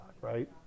right